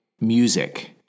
music